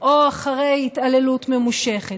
או אחרי התעללות ממושכת.